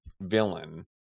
villain